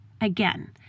again